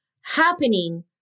happening